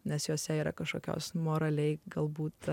nes jose yra kažkokios moraliai galbūt